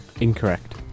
Incorrect